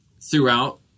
throughout